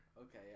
Okay